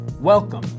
Welcome